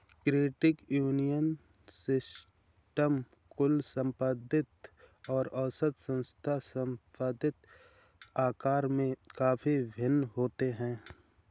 credit union system कुल संपत्ति और औसत संस्था संपत्ति आकार में काफ़ी भिन्न होते हैं